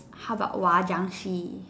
how about